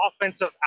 offensive